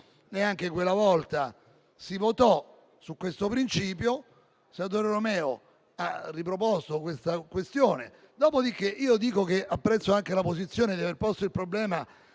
neanche quella volta si votò su questo principio e il senatore Romeo ha riproposto la questione. Dopodiché io dico che apprezzo anche il fatto di aver posto il problema